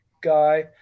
guy